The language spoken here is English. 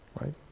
right